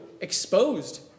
exposed